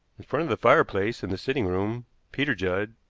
in front of the fireplace in the sitting-room peter judd,